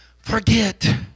forget